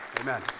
Amen